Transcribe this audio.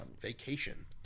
vacation